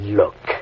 look